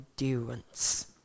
Endurance